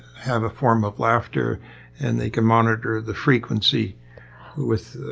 have a form of laughter and they can monitor the frequency with,